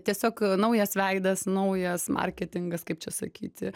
tiesiog a naujas veidas naujas marketingas kaip čia sakyti